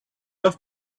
off